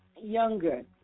younger